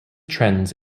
trends